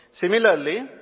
Similarly